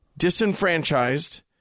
Disenfranchised